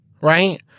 right